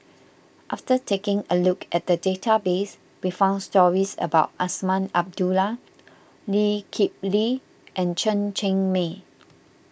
after taking a look at the database we found stories about Azman Abdullah Lee Kip Lee and Chen Cheng Mei